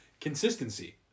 consistency